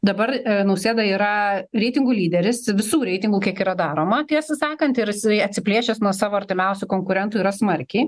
dabar nausėda yra reitingų lyderis visų reitingų kiek yra daroma tiesą sakant ir jisai atsiplėšęs nuo savo artimiausių konkurentų yra smarkiai